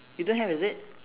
you don't have is it